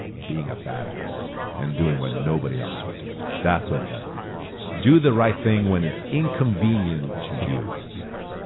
being a badass and doing what nobody else would do. that's what it has to do with. do the right thing when it's inconvenient to you. yeah,